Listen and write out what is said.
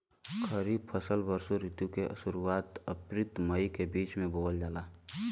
खरीफ फसल वषोॅ ऋतु के शुरुआत, अपृल मई के बीच में बोवल जाला